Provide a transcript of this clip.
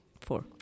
four